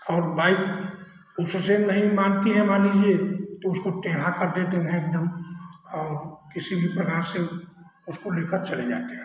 और बाइक उससे नहीं मानती है मान लीजिए तो उसको टेढ़ा कर देते हैं एकदम और किसी भी प्रकार से उसको लेकर चले जाते हैं